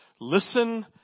listen